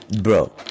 bro